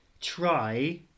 try